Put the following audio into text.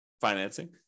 financing